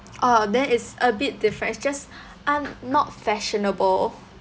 oh then it's a bit different it's just I'm not fashionable